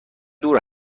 دور